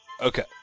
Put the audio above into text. Okay